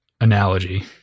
analogy